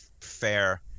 fair